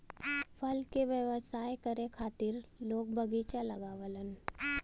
फल के व्यवसाय करे खातिर लोग बगीचा लगावलन